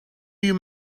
you